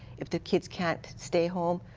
if the kids can't stay home,